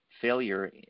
failure